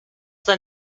then